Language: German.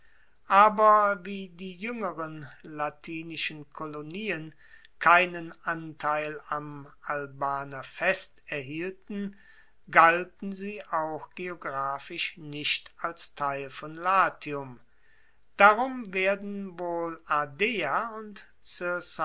aber wie die juengeren latinischen kolonien keinen anteil am albaner fest erhielten galten sie auch geographisch nicht als teil von latium darum werden wohl ardea und